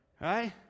Right